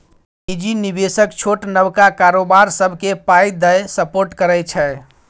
निजी निबेशक छोट नबका कारोबार सबकेँ पाइ दए सपोर्ट करै छै